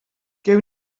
gawn